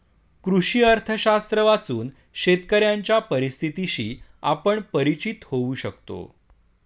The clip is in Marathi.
कृषी अर्थशास्त्र वाचून शेतकऱ्यांच्या परिस्थितीशी आपण परिचित होऊ शकतो